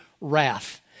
wrath